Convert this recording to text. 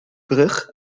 brug